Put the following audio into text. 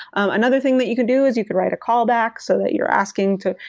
another thing that you could do is you can write a callback so that you're asking to,